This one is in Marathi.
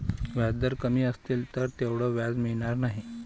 व्याजदर कमी असतील तर तेवढं व्याज मिळणार नाही